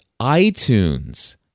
iTunes